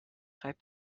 reibt